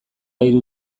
hiru